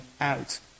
out